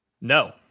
No